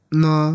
no